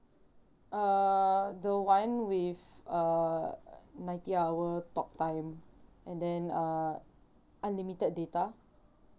uh the one with uh ninety hour talk time and then uh unlimited data